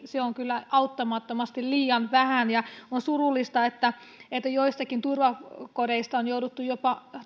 niin se on kyllä auttamattomasti liian vähän on surullista että että joistakin turvakodeista on jouduttu jopa